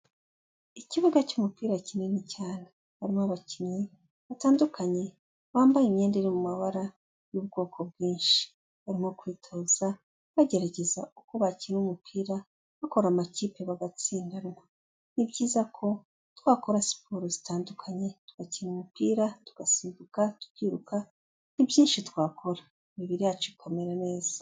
Ikibuga cy'umupira kinini cyane. Harimo abakinnyi batandukanye bambaye imyenda iri mu mabara y'ubwoko bwinshi. Barimo kwitoza bagerageza uko bakina umupira bakora amakipe bagatsindanwa. Ni byiza ko twakora siporo zitandukanye tugakina umupira, tugasimbuka, tukiruka, ni byinshi twakora imibiri yacu ikamera neza.